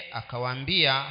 akawambia